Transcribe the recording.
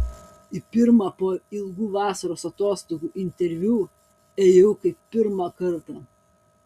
į pirmą po ilgų vasaros atostogų interviu ėjau kaip pirmą kartą